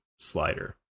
slider